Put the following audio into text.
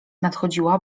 nadchodziła